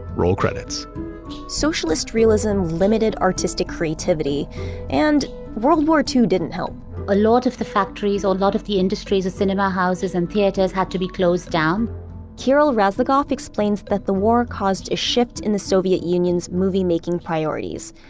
roll credits socialist realism, limited artistic creativity and world war ii didn't help a lot of the factories or a lot of the industries and cinema houses and theaters had to be closed down kirill razlogov explains that the war caused a shift in the soviet union's movie making priorities.